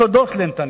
תודות לנתניהו,